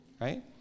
right